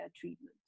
treatment